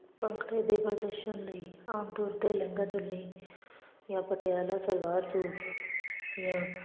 ਭੰਗੜੇ ਦੇ ਪ੍ਰਦਰਸ਼ਨ ਲਈ ਆਮ ਤੌਰ 'ਤੇ ਲਹਿੰਗਾ ਚੋਲੀ ਜਾਂ ਪਟਿਆਲਾ ਸਲਵਾਰ ਸੂਟ ਜਾਂ